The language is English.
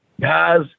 Guys